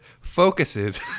focuses